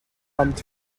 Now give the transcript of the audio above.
pumped